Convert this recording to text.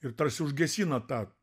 ir tarsi užgesina tą